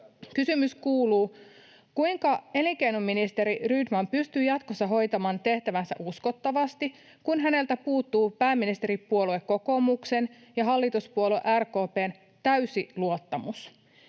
Kysymys kuuluu: kuinka elinkeinoministeri Rydman pystyy jatkossa hoitamaan tehtäväänsä uskottavasti, kun häneltä puuttuu pääministeripuolue kokoomuksen ja hallituspuolue RKP:n täysi luottamus?